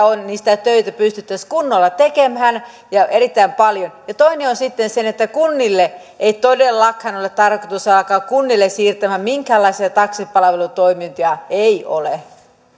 on sitä työtä pystyttäisiin kunnolla tekemään ja erittäin paljon toinen on sitten se että kunnille ei todellakaan ole tarkoitus alkaa siirtämään minkäänlaisia taksipalvelutoimintoja ei ole